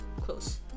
close